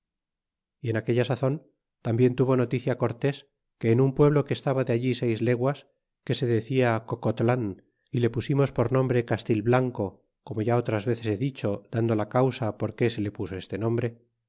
y en aquella sazon tambien tuvo noticia cortés que en un pueblo que estaba de allí seis leguas que se decia cocollan y le pusimos por nombre castilblanco como ya otras veces he dicho dando la causa por qué se le puso este nombre